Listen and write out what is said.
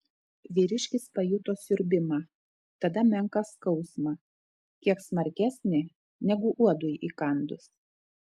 vyriškis pajuto siurbimą tada menką skausmą kiek smarkesnį negu uodui įkandus